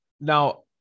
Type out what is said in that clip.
now